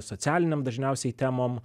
socialinėm dažniausiai temom